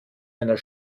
einer